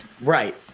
right